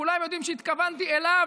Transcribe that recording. כולם יודעים שהתכוונתי אליו,